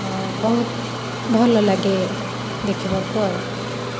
ବହୁତ ଭଲଲାଗେ ଦେଖିବାକୁ ଆଉ